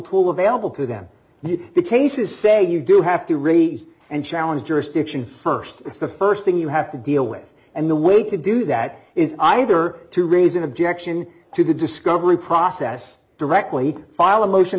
tool available to them did the cases say you do have to raise and challenge jurisdiction st that's the st thing you have to deal with and the way to do that is either to raise an objection to the discovery process directly file a motion